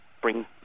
bring